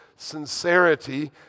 Sincerity